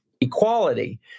equality